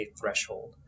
threshold